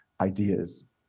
ideas